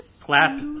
clap